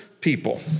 people